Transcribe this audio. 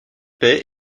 paix